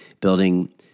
building